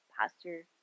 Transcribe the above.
Pastor